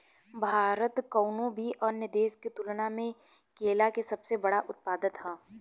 भारत कउनों भी अन्य देश के तुलना में केला के सबसे बड़ उत्पादक ह